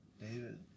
David